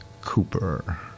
Cooper